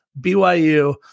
byu